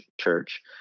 church